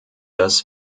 dass